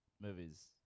movies